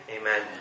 Amen